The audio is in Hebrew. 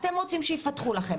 אתם רוצים שיפתחו לכם,